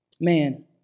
Man